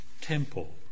temple